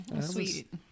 sweet